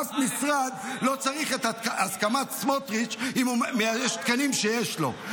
אף משרד לא צריך את הסכמת סמוטריץ' אם אלה יש תקנים שיש לו.